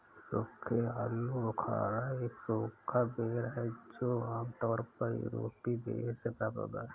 सूखे आलूबुखारा एक सूखा बेर है जो आमतौर पर यूरोपीय बेर से प्राप्त होता है